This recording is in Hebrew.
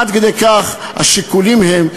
עד כדי כך השיקולים הם,